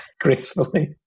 gracefully